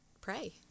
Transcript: pray